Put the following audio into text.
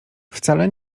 wcale